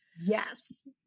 Yes